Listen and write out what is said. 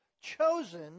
chosen